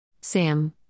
Sam